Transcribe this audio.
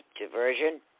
diversion